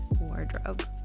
wardrobe